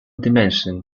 dimension